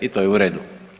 I to je u redu.